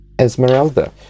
Esmeralda